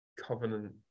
covenant